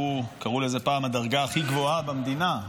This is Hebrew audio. קראו לזה פעם הדרגה הכי גבוהה במדינה,